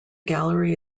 gallery